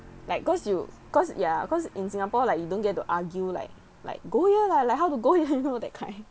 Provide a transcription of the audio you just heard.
like cause you cause ya cause in singapore like you don't get to argue like like go here lah like how to go you know that kind